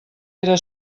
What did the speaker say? era